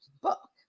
book